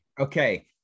okay